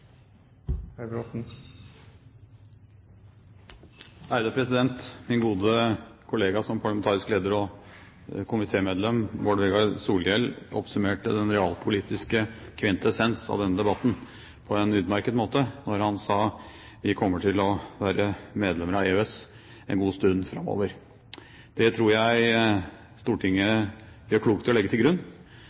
andre land. Min gode kollega, som parlamentarisk leder og komitémedlem, Bård Vegar Solhjell, oppsummerte den realpolitiske kvintessens av denne debatten på en utmerket måte da han sa: Vi kommer til å være medlemmer av EØS en god stund framover. Det tror jeg Stortinget gjør klokt i å legge til grunn.